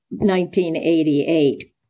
1988